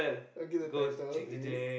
okay the title is